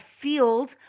field